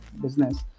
business